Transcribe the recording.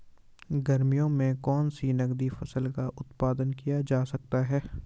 गर्मियों में कौन सी नगदी फसल का उत्पादन किया जा सकता है?